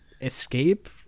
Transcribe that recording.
escape